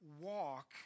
walk